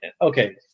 okay